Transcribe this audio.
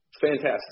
fantastic